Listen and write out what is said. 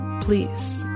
Please